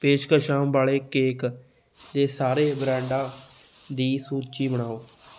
ਪੇਸ਼ਕਸ਼ਾਂ ਵਾਲੇ ਕੇਕ ਦੇ ਸਾਰੇ ਬ੍ਰਾਂਡਾਂ ਦੀ ਸੂਚੀ ਬਣਾਓ